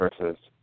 versus